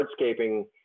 hardscaping